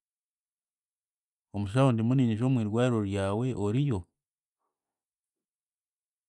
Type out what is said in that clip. Omushaho ndimu niinyija omwirwariro ryawe oriyo?